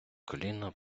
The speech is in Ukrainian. коліна